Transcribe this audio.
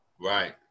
Right